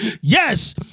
yes